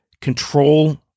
control